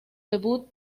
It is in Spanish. debut